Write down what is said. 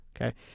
Okay